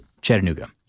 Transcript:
Chattanooga